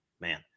man